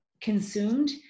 consumed